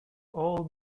all